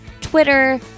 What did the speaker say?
Twitter